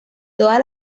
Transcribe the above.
todas